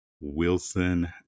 wilson